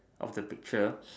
of the picture